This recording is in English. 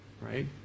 right